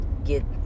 get